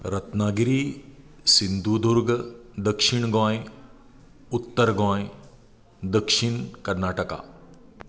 रत्नागिरी सिंधुदुर्ग दक्षीण गोंय उत्तर गोंय दक्षीण कर्नाटका